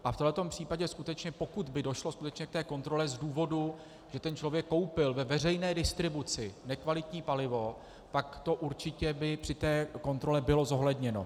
A v tomto případě, pokud by došlo skutečně k té kontrole z důvodu, že ten člověk koupil ve veřejné distribuci nekvalitní palivo, tak by to určitě při té kontrole bylo zohledněno.